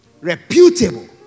reputable